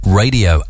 radio